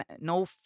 no